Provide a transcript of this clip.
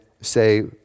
say